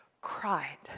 cried